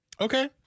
Okay